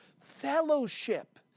fellowship